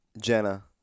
Jenna